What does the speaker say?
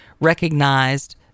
recognized